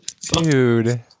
Dude